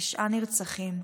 תשעה נרצחים,